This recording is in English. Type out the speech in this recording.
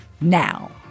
Now